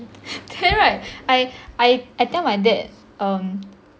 then right I I I tell my dad um